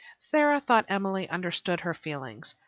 sara thought emily understood her feelings,